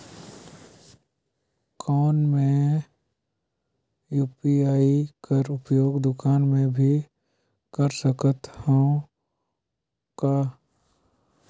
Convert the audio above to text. कौन मै यू.पी.आई कर उपयोग दुकान मे भी कर सकथव का?